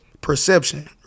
perception